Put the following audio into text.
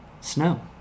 Snow